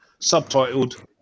subtitled